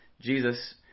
Jesus